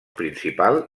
principal